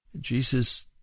Jesus